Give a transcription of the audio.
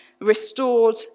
restored